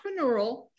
entrepreneurial